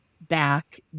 back